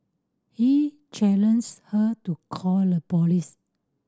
he challenged her to call a police